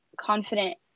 confident